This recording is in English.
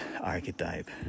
archetype